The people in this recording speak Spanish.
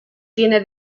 tiene